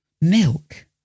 milk